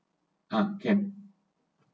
uh can